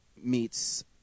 meets